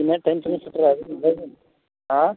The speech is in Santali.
ᱛᱤᱱᱟᱹᱜ ᱴᱟᱭᱤᱢ ᱛᱮᱞᱤᱧ ᱥᱮᱴᱮᱨᱚᱜᱼᱟ ᱞᱟᱹᱭ ᱵᱤᱱ ᱦᱮᱸ